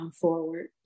forward